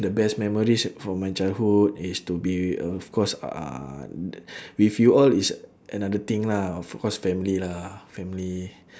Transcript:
the best memories from my childhood is to be uh of course uh with you all is another thing lah of course family lah family